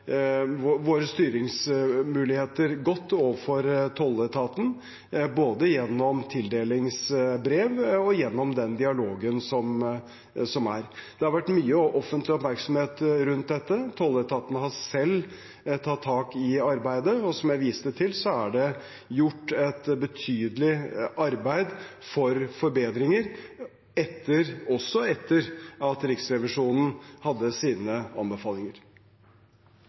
våre styringsmuligheter godt overfor tolletaten, både gjennom tildelingsbrev og gjennom den dialogen som er. Det har vært mye offentlig oppmerksomhet rundt dette. Tolletaten har selv tatt tak i arbeidet, og som jeg viste til, er det gjort et betydelig arbeid for forbedringer også etter at Riksrevisjonen kom med sine anbefalinger.